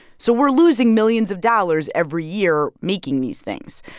so we're losing millions of dollars every year making these things.